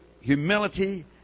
humility